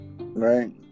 Right